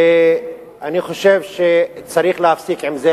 ואני חושב שצריך להפסיק עם זה.